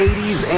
80s